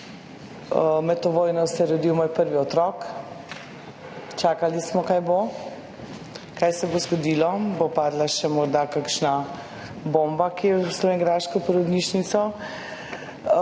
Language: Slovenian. Med to vojno se je rodil moj prvi otrok, čakali smo, kaj bo, kaj se bo zgodilo, bo padla še morda kakšna bomba kam v slovenjgraško porodnišnico.